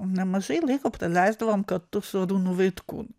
nemažai laiko praleisdavom kartu su arūnu vaitkūnu